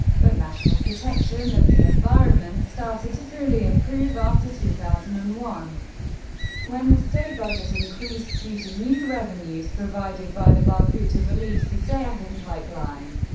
but national protection of the environment started to truly improve after two thousand and one when the state budget increased due to new revenues provided by the baku-tbilisi-ceyhan pipeline.